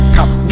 Come